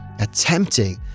attempting